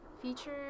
Feature